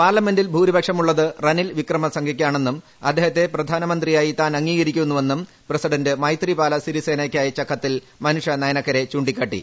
പാർലമെന്റിൽ ഭൂരിപക്ഷമുള്ളത് റനിൽ വിക്രമസിംഗയ്ക്കാണെന്നും അദ്ദേഹത്തെ പ്രധാനമന്ത്രിയായി താൻ അംഗീകരിക്കുന്നുവെന്നും മൈത്രിപാല സിരിസേനയ്ക്കയച്ച കത്തിൽ മനുഷനയനക്കരെ ചൂണ്ടിക്കാട്ടി